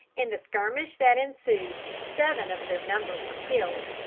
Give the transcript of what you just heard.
in the skirmish that ensued, seven of their number were killed.